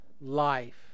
life